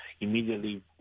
immediately